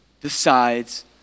decides